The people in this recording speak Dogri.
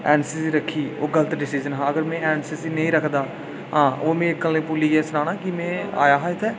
एनसीसी रक्खी ओह् गलत डिसीजन हा अगर में एनसीसी नेईं रक्खदा आं ओह् में कल्लै ई भुल्लियै सनान्नां कि में आया हा इत्थें